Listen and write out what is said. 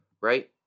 right